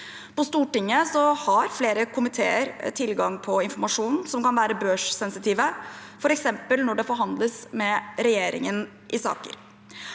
På Stortinget har flere komiteer tilgang på informasjon som kan være børssensitiv, f.eks. når det forhandles med regjeringen i saker.